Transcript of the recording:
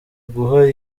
guha